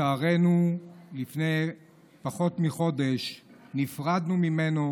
שלצערנו לפני פחות מחודש עם ישראל נפרד ממנו,